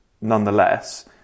nonetheless